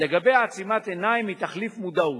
שלגביה עצימת עיניים היא תחליף מודעות.